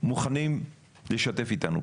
זה מה שנאמר פה